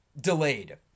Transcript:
delayed